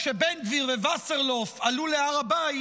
כשבן גביר ווסרלאוף עלו להר הבית,